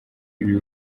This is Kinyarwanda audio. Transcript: y’ibi